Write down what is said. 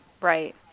right